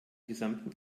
gesamten